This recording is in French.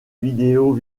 vidéos